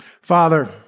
Father